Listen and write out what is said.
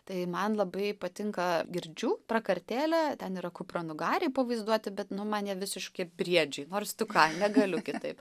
tai man labai patinka girdžių prakartėlė ten yra kupranugariai pavaizduoti bet nu man jie visiški briedžiai nors tu ką negaliu kitaip